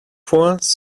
poings